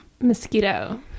mosquito